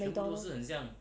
McDonald's